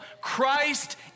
christ